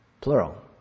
plural